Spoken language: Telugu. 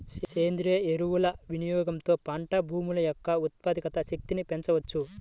సేంద్రీయ ఎరువుల వినియోగంతో పంట భూముల యొక్క ఉత్పాదక శక్తిని పెంచవచ్చు